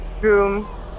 room